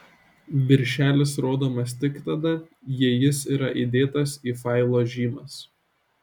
viršelis rodomas tik tada jei jis yra įdėtas į failo žymas